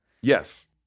Yes